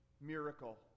miracle